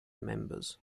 members